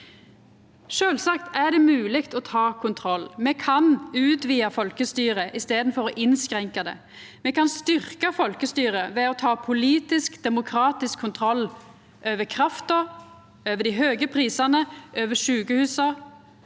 Sjølvsagt er det mogleg å ta kontroll. Me kan utvida folkestyret i staden for å innskrenka det. Me kan styrkja folkestyret ved å ta politisk, demokratisk kontroll over krafta, over dei høge prisane og over sjukehusa.